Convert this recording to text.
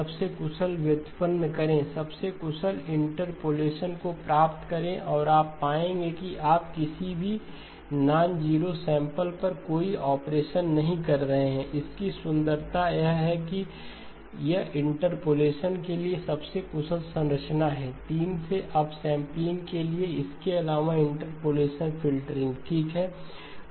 सबसे कुशल व्युत्पन्न करें सबसे कुशल इंटरपोलेशन को प्राप्त करें और आप पाएंगे कि आप किसी भी नॉनजरो सैंपल पर कोई ऑपरेशन नहीं कर रहे हैं इस की सुंदरता यह है कि यह इंटरपोलेशन के लिए सबसे कुशल संरचना है 3 से अपसैंपलिंग के लिए इसके अलावा इंटरपोलेशन फ़िल्टरिंग ठीक है